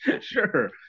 Sure